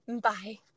Bye